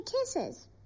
kisses